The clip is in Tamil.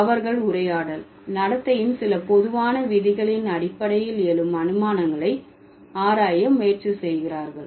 அவர்கள் உரையாடல் நடத்தையின் சில பொதுவான விதிகளின் அடிப்படையில் எழும் அனுமானங்களை ஆராய முயற்சி செய்கிறார்கள்